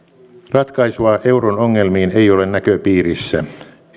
ratkaisua euron ongelmiin ei ole näköpiirissä